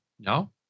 No